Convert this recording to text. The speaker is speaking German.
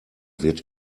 wird